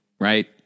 right